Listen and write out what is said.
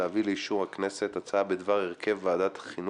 להביא לאישור הכנסת הצעה בדבר הרכב ועדת החינוך,